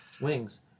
Wings